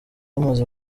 bumaze